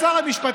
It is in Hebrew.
על שר המשפטים,